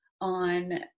on